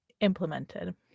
implemented